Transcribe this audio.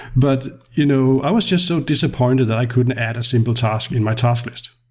but you know i was just so disappointed that i couldn't add a single task in my task list.